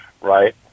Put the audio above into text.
right